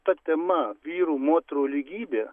ta tema vyrų moterų lygybė